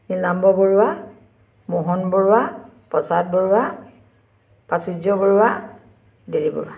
Nilambar Barua Mohan Barua Prasad Barua Prachurya Barua Dilip Barua